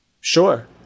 Sure